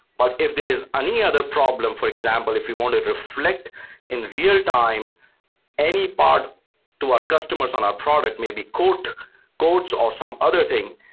but if there is any other problem, for example if we want to reflect in real-time any part to our customers on our product, maybe codes or some other thing,